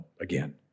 again